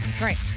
Right